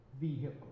vehicle